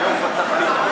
עכשיו זו תקופת רמדאן,